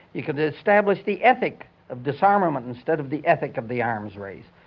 you could establish the ethic of disarmament instead of the ethic of the arms race.